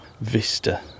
vista